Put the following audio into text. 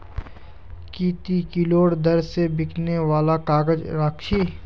की ती किलोर दर स बिकने वालक काग़ज़ राख छि